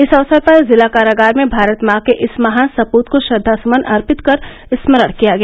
इस अवसर पर जिला कारागार में भारत मां के इस महान सपृत को श्रद्धासमन अर्पित कर स्मरण किया गया